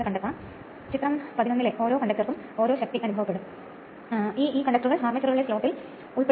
അതിനാൽ induction machine റോട്ടറിനുള്ള rotor യഥാർത്ഥത്തിൽ ഷോർട്ട് സർക്യൂട്ട് ആണ്